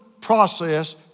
process